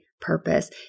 purpose